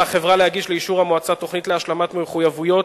על החברה להגיש לאישור המועצה תוכנית להשלמת מחויבויות